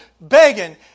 begging